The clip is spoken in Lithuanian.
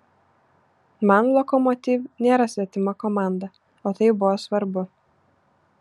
man lokomotiv nėra svetima komanda o tai buvo svarbu